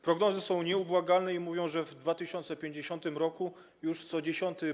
Prognozy są nieubłagane i mówią, że w 2050 r. już co 10.